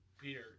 peter